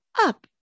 up